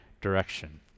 direction